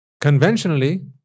Conventionally